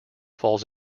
falls